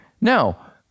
Now